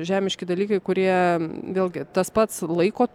žemiški dalykai kurie vėlgi tas pats laiko